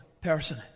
person